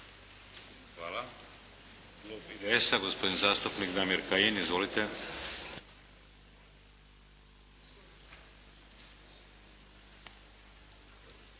Hvala.